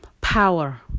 power